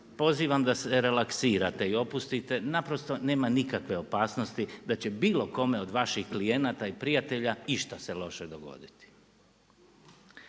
pozivam da se relaksirate i opustite, naprosto nema nikakve opasnosti da će bilo kome od vaših klijenata i prijatelja ista se loše dogoditi.